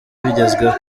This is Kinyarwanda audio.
bigezweho